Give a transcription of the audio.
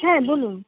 হ্যাঁ বলুন